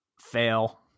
Fail